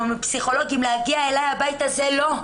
מפסיכולוגים להגיע אליי הביתה זה לא,